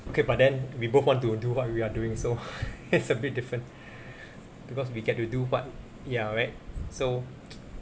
okay but then we both want to do what we are doing so it's a bit different because we get to do what ya right so